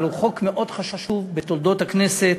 אבל הוא חוק מאוד חשוב בתולדות הכנסת